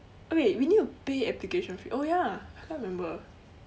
wait we need to pay application fee oh ya I can't remember